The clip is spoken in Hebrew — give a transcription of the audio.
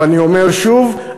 ואני אומר שוב,